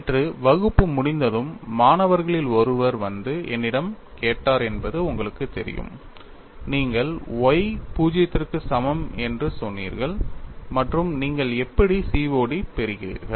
நேற்று வகுப்பு முடிந்ததும் மாணவர்களில் ஒருவர் வந்து என்னிடம் கேட்டார் என்பது உங்களுக்குத் தெரியும் நீங்கள் y 0 க்கு சமம் என்று சொன்னீர்கள் மற்றும் நீங்கள் எப்படி COD பெறுகிறீர்கள்